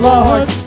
Lord